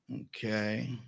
Okay